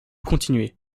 continuer